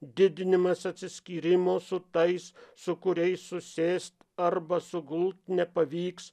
didinimas atsiskyrimo su tais su kuriais susėst arba sugult nepavyks